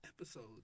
episodes